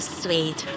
sweet